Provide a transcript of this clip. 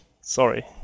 Sorry